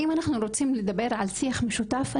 אם אנחנו רוצים לדבר על שיח משותף,